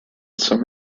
some